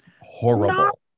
horrible